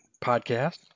podcast